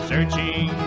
Searching